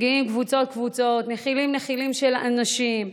קבוצות-קבוצות, נחילים-נחילים של אנשים,